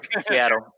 Seattle